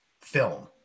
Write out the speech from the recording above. film